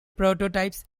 prototypes